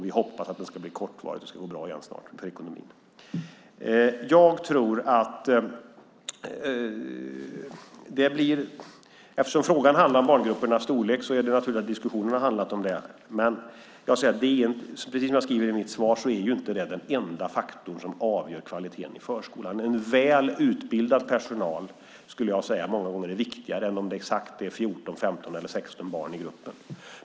Vi hoppas att den ska bli kortvarig, att det snart ska gå bra igen med ekonomin. Eftersom frågan handlar om barngruppernas storlek är det naturligt att diskussionen har handlat om det. Men precis som jag skriver i mitt svar är det inte den enda faktor som avgör kvaliteten i förskolan. Väl utbildad personal som är engagerad och motiverad är många gånger viktigare än om det är 14, 15 eller 16 barn i gruppen.